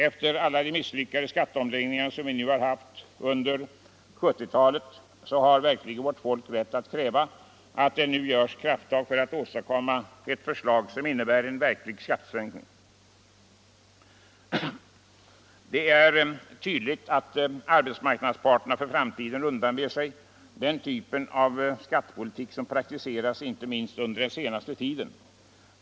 Efter alla de misslyckade skatteomläggningar som vi nu har haft under 1970-talet har vårt folk verkligen all rätt att kräva att det nu tas krafttag för att åstadkomma ett förslag som innebär en verklig skattesänkning. Det är tydligt att arbetsmarknadsparterna för framtiden undanber sig den typ av skattepolitik som praktiserats inte minst under den senaste tiden.